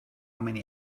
many